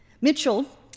Mitchell